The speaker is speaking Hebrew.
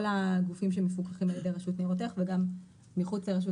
הגופים שמפוקחים על ידי הרשות לניירות ערך וגם מחוץ לרשות